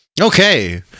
okay